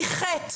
היא חטא,